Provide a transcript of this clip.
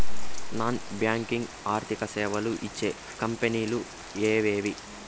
Non banking ఆర్థిక సేవలు ఇచ్చే కంపెని లు ఎవేవి?